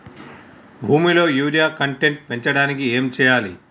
భూమిలో urea content పెంచడానికి ఏం చేయాలి?